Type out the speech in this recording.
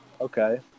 Okay